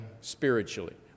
spiritually